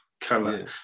color